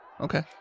Okay